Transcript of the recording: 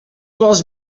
vols